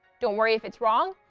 don't worry, if it's wrong,